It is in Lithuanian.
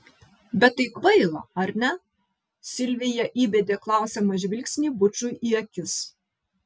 bet tai kvaila ar ne silvija įbedė klausiamą žvilgsnį bučui į akis